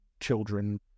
children